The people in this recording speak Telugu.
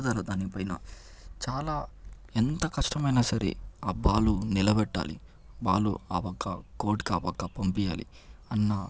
పట్టుదల దానిపైన చాలా ఎంత కష్టమైనా సరే ఆ బాలు నిలబెట్టాలి బాలు ఆ పక్క కోర్ట్ కి ఆ పక్క పంపియ్యాలి అన్న